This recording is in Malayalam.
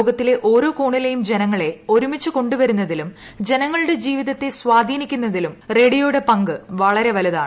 ലോകത്തിലെ ഓരോ കോണിലെയും ജനങ്ങളെ ഒരുമിച്ച് കൊണ്ടുവരുന്നതിലും ജനങ്ങളുടെ ജീവിതത്തെ സ്വാധീനിക്കുന്നതിലും റേഡിയോയുടെ പങ്ക് വളരെ വലുതാണ്